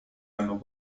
hanno